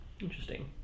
Interesting